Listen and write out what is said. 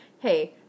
hey